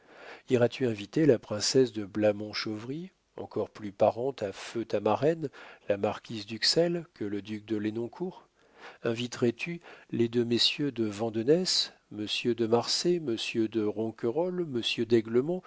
iras-tu inviter la princesse de blamont-chauvry encore plus parente à feu ta marraine la marquise d'uxelles que le duc de lenoncourt inviterais tu les deux messieurs de vandenesse monsieur de marsay monsieur de ronquerolles